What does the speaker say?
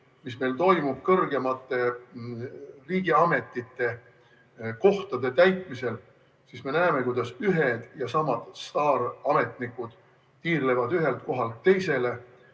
mis meil toimub kõrgemate riigiametite kohtade täitmisel, siis me näeme, kuidas ühed ja samad staarametnikud tiirlevad ühelt kohalt teisele.